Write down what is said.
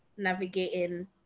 navigating